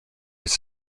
his